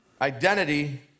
Identity